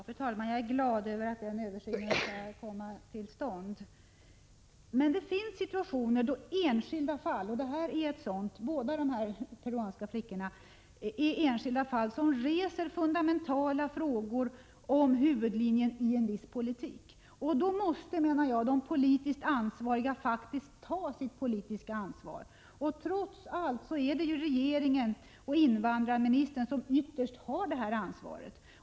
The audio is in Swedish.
Fru talman! Jag är glad över att denna översyn kan komma till stånd. Men det finns enskilda fall — och båda de här peruanska flickorna är exempel på sådana — som reser fundamentala frågor om huvudlinjen i en viss politik. Jag menar att de politiskt ansvariga faktiskt måste ta sitt politiska ansvar. Det är ju trots allt regeringen och invandrarministern som ytterst har detta ansvar.